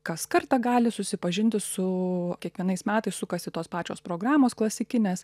kas kartą gali susipažinti su kiekvienais metais sukasi tos pačios programos klasikinės